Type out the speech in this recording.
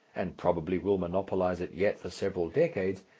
and probably will monopolize it yet for several decades,